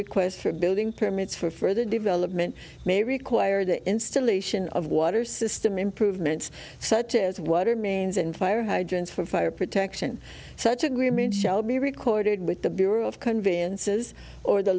requests for building permits for further development may require the installation of water system improvements such as water mains and fire hydrants for fire protection such agreement shall be recorded with the bureau of conveyances or the